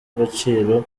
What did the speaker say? agaciro